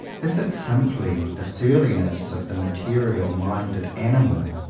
is it simply the surliness of the material-minded animal,